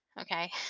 Okay